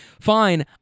Fine